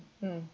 mm